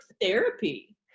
therapy